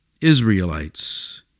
Israelites